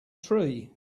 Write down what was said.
tree